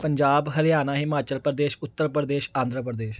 Punjab Haryana Himachal Pradesh Uttar Pradesh Andhra Pradesh